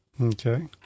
Okay